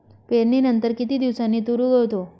पेरणीनंतर किती दिवसांनी तूर उगवतो?